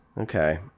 Okay